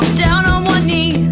down on one knee.